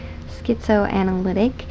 Schizoanalytic